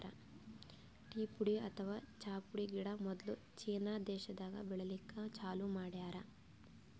tea ಪುಡಿ ಅಥವಾ ಚಾ ಪುಡಿ ಗಿಡ ಮೊದ್ಲ ಚೀನಾ ದೇಶಾದಾಗ್ ಬೆಳಿಲಿಕ್ಕ್ ಚಾಲೂ ಮಾಡ್ಯಾರ್